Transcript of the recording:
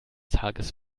tages